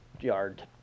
yard